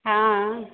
हँ